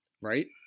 right